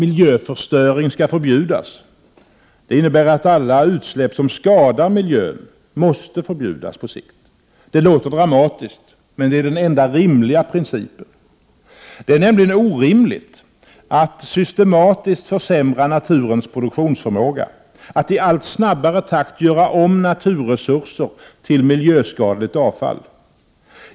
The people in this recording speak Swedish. ”Miljöförstöring skall förbjudas.” Det innebär att alla utsläpp som skadar miljön måsta förbjudas på sikt. Det låter dramatiskt, men är den enda rimliga principen. Det är nämligen orimligt att systematiskt försämra naturens produktionsförmåga — att i allt snabbare takt göra om naturresurser till miljöskadligt avfall.